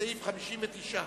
השר סער,